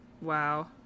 Wow